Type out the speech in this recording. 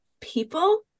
people